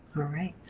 alright.